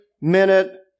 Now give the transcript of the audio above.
minute